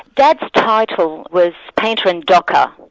dad's title was painter and docker.